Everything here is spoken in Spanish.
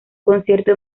concierto